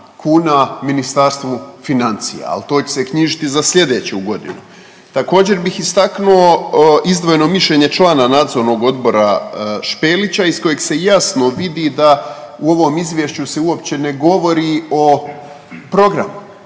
kuna Ministarstvu financija, ali to će se knjižiti za slijedeću godinu. Također bih istaknuo izdvojeno mišljenje člana nadzornog odbora Špelića iz kojeg se jasno vidi da u ovom izvješću se uopće ne govori o programu.